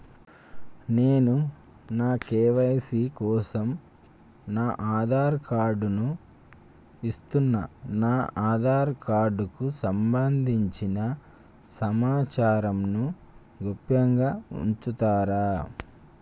నేను నా కే.వై.సీ కోసం నా ఆధార్ కార్డు ను ఇస్తున్నా నా ఆధార్ కార్డుకు సంబంధించిన సమాచారంను గోప్యంగా ఉంచుతరా?